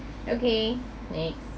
okay next